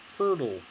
Fertile